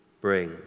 bring